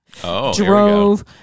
Drove